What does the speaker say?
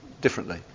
differently